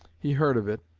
he heard of it,